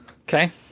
Okay